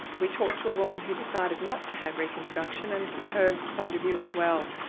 we talk to a woman who decided not to have reconstruction and for her point of view as well.